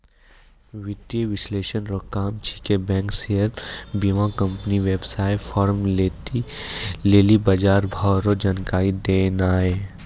वित्तीय विश्लेषक रो काम छिकै बैंक शेयर बीमाकम्पनी वेवसाय फार्म लेली बजारभाव रो जानकारी देनाय